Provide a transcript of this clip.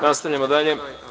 Nastavljamo dalje.